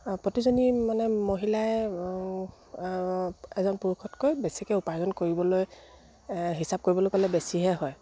প্ৰতিজনী মানে মহিলাই এজন পুৰুষতকৈ বেছিকে উপাৰ্জন কৰিবলৈ হিচাপ কৰিবলৈ গ'লে বেছিহে হয়